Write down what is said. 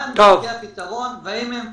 מהם דרכי הפתרון והאם הם --- טוב.